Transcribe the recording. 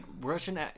Russian